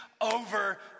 over